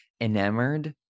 enamored